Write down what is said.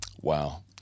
wow